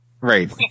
Right